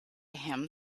him